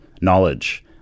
knowledge